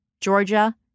Georgia